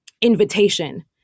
invitation